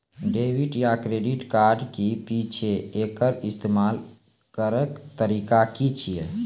Debit या credit card की छियै? एकर इस्तेमाल करैक तरीका की छियै?